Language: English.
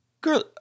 girl